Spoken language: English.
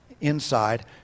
inside